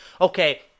okay